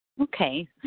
Okay